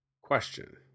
question